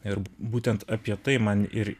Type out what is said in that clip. ir būtent apie tai man ir